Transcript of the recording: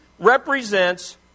represents